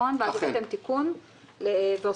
ואז הבאתם תיקון והוספתם,